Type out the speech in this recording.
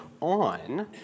on